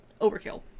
overkill